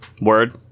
Word